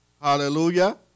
Hallelujah